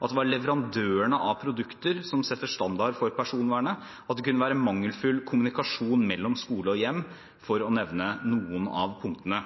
at det var leverandørene av produkter som satte standard for personvernet, og at det kunne være mangelfull kommunikasjon mellom skole og hjem, for å nevne noen av punktene.